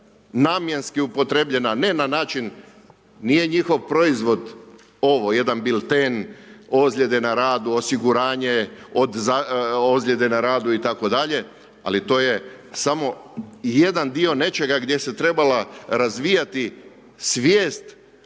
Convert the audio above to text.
nikada upotrijebljena ne na način, nije njihov proizvod ovo jedan bilten ozljede na radu, osiguranje od ozljede na radu itd. Ali to je samo jedan dio nečega gdje se trebala razvijati svijest